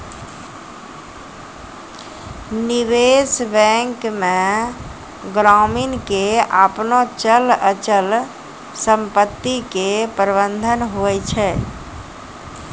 निबेश बेंक मे ग्रामीण के आपनो चल अचल समपत्ती के प्रबंधन हुवै छै